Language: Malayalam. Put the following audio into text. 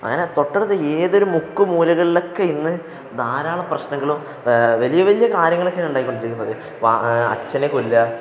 അങ്ങനെ തൊട്ടടത്ത ഏതൊരു മുക്കിലും മൂലകളിലുമൊക്കെ ഇന്ന് ധാരാളം പ്രശ്നങ്ങളും വലിയ വലിയ കാര്യങ്ങളുമൊക്കെയാണ് ഉണ്ടായിക്കൊണ്ടിരിക്കുന്നത് അച്ഛനെ കൊല്ലുക